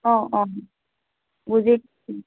অঁ অঁ